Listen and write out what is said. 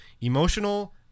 emotional